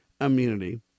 immunity